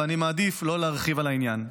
ואני מעדיף לא להרחיב על העניין.